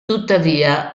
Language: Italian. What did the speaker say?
tuttavia